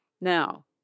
Now